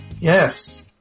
Yes